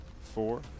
Four